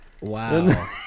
Wow